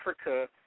Africa